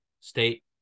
state